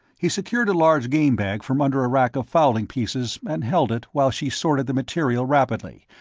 he secured a large game bag from under a rack of fowling pieces, and held it while she sorted the material rapidly,